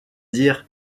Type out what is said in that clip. dire